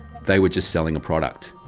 they were just selling a product.